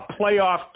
playoff